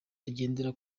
agendera